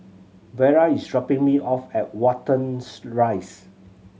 Vara is dropping me off at Wattens Rise